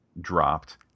dropped